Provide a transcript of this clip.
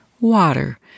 water